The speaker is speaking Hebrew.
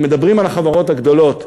כי מדברים על החברות הגדולות,